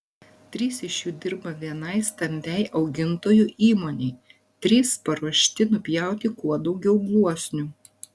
trys iš jų dirba vienai stambiai augintojų įmonei trys paruošti nupjauti kuo daugiau gluosnių